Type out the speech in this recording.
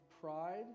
pride